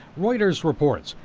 reuters reports,